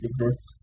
exist